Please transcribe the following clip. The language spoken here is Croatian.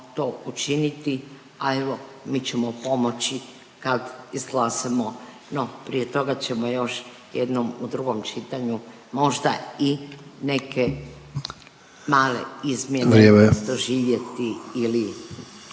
to učiniti, a evo mi ćemo pomoći kad izglasamo, no prije toga ćemo još jednom u drugom čitanju možda i neke male izmjene …/Upadica